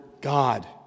God